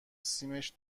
سیمش